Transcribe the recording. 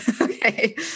Okay